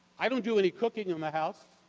i don't do any cooking in the house.